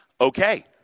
okay